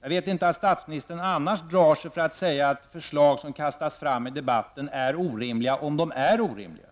Jag vet att statsministern annars inte drar sig för att säga att förslag som kastas fram i debatten är orimliga om de är orimliga.